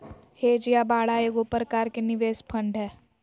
hedge या बाड़ा एगो प्रकार के निवेश फंड हय